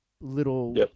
little—